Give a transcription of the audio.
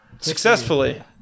Successfully